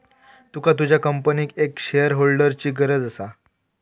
तुका तुझ्या कंपनीक एक शेअरहोल्डरची गरज असा